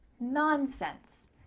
nonsense.